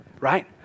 right